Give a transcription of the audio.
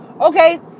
okay